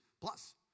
plus